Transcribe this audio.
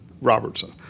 Robertson